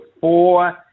four